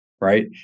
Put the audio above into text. right